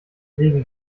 wege